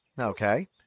Okay